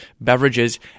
beverages